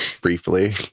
briefly